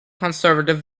conservative